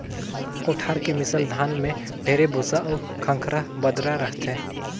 कोठार के मिसल धान में ढेरे भूसा अउ खंखरा बदरा रहथे